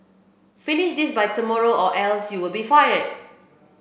finish this by tomorrow or else you'll be fired